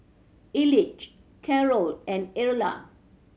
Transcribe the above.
Elige Carrol and Erla